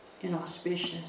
inauspicious